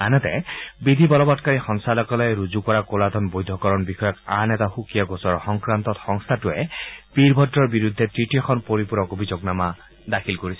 আনহাতে বিধি বলৱৎকাৰী সঞ্চালকালয়ে ৰুজু কৰা কলাধন বৈধকৰণৰ বিষয়ক আন এটা সুকীয়া গোচৰৰ সংক্ৰান্তত সংস্থাটোৱে বীৰভদ্ৰৰ বিৰুদ্ধে তৃতীয়খন পৰিপূৰক অভিযোগনামা দাখিল কৰিছে